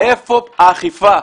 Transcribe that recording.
איפה האכיפה?